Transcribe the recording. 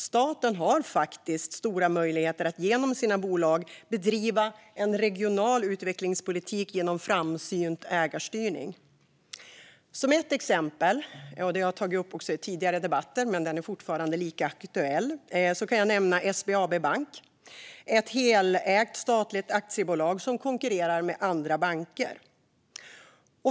Staten har faktiskt stora möjligheter att genom sina bolag bedriva en regional utvecklingspolitik, genom framsynt ägarstyrning. Som ett exempel - detta har jag tagit upp i tidigare debatter, men det är fortfarande lika aktuellt - kan jag nämna SBAB Bank. Det är ett helägt statligt aktiebolag som konkurrerar med andra banker.